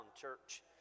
church